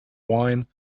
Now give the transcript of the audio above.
wine